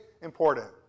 Important